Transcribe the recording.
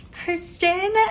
Kristen